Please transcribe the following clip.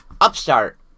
upstart